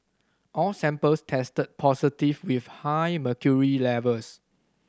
all samples tested positive with high mercury levels